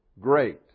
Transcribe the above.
Great